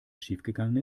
schiefgegangen